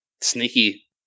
sneaky